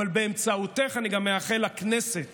אבל באמצעותך אני גם מאחל לכנסת